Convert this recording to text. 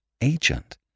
agent